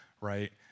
Right